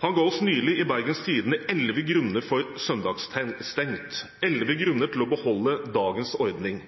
Han ga oss nylig i Bergens Tidende elleve grunner for søndagsstengt, elleve grunner for å beholde dagens ordning.